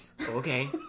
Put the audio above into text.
Okay